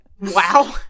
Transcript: Wow